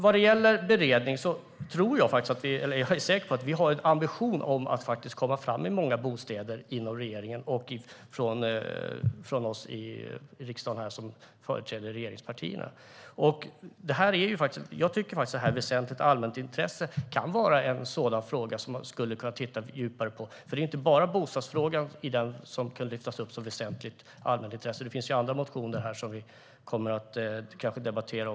Vad gäller beredning är jag säker på att man inom regeringen och vi i riksdagen som företräder regeringspartierna har en ambition att komma fram med många bostäder. Jag tycker att det här med väsentligt allmänintresse kan vara en sådan fråga som man skulle kunna titta djupare på. Det är inte bara bostadsfrågan som kan lyftas upp som väsentligt allmänintresse, utan det finns andra motioner här som vi kanske kommer att debattera.